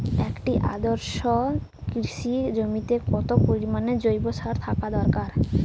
একটি আদর্শ কৃষি জমিতে কত পরিমাণ জৈব সার থাকা দরকার?